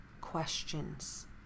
questions